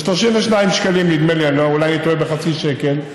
ב-32 שקלים, נדמה לי, אולי אני טועה בחצי שקל,